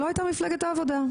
לא הייתה מפלגת העבודה.